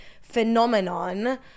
phenomenon